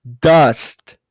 dust